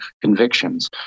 convictions